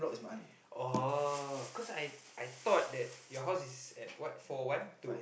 oh cause I I thought that your house is at what four one two